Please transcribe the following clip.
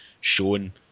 shown